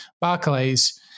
Barclays